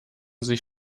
sich